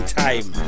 time